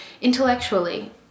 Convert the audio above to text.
intellectually